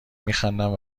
میخندم